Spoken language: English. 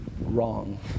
wrong